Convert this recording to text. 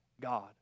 God